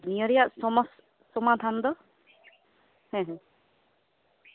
ᱟᱨ ᱱᱤᱭᱟᱹ ᱨᱮᱭᱟᱜ ᱥᱚᱢᱢᱚᱥᱟ ᱥᱚᱢᱟᱫᱷᱟᱱ ᱫᱚ ᱦᱮᱸ ᱦᱮᱸ